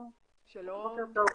שלום, בוקר טוב.